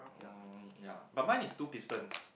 mm ya but mine is two pistons